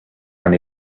and